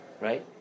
Right